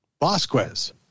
Vasquez